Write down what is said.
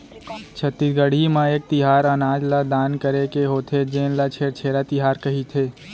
छत्तीसगढ़ म एक तिहार अनाज ल दान करे के होथे जेन ल छेरछेरा तिहार कहिथे